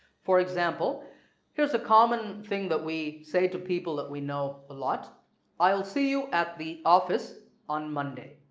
for example here's a common thing that we say to people that we know a lot i'll see you at the office on monday.